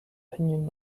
opinion